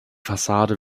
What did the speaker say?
fassade